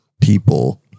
people